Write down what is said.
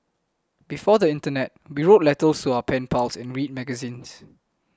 before the internet we wrote letters to our pen pals and read magazines